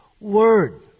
word